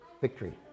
victory